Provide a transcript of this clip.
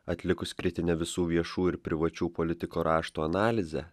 atlikus kritinę visų viešų ir privačių politiko raštų analizę